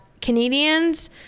Canadians